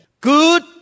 Good